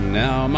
now